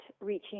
reaching